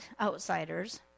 outsiders